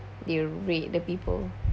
you rate the people